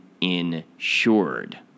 insured